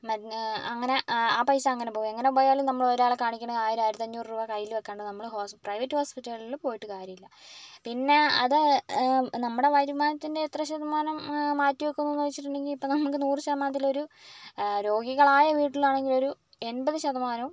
മരുന്ന് അങ്ങനെ ആ പൈസ അങ്ങനെ പോകും എങ്ങനെ പോയാലും നമ്മൾ ഒരാളെ കാണിക്കണമെങ്കിൽ ആയിരം ആയിരത്തഞ്ഞൂറ് രൂപ കയ്യിൽ വയ്ക്കാണ്ട് നമ്മൾ പ്രൈവറ്റ് ഹോസ്പിറ്റലുകളിൽ പോയിട്ട് കാര്യം ഇല്ല പിന്നെ അത് നമ്മുടെ വരുമാനത്തിൻ്റെ എത്ര ശതമാനം മാറ്റി വയ്ക്കുന്നുയെന്ന് ചോദിച്ചിട്ടുണ്ടെങ്കിൽ ഇപ്പോൾ നമ്മൾക്ക് നൂറു ശതമാനത്തിലൊരു രോഗികളായ വീട്ടിലാണെങ്കിൽ ഒരു എൺപത് ശതമാനവും